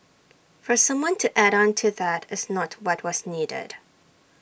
for someone to add on to that is not what was needed